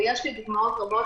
ויש לי דוגמאות טובות,